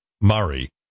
Murray